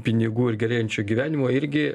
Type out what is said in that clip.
pinigų ir gerėjančio gyvenimo irgi